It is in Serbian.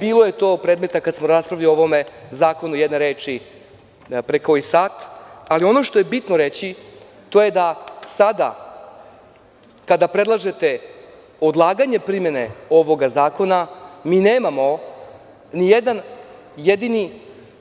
Bilo je to predmet kada smo raspravljali o ovom zakonu, jedne reči, pre koji sat, ali ono što je bitno reći to je da sada, kada predlažete odlaganje primene ovog zakona, mi nemamo ni jedan jedini